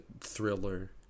thriller